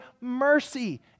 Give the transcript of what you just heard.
mercy